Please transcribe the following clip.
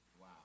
Wow